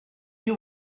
you